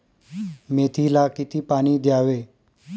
मेथीला किती पाणी द्यावे?